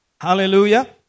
hallelujah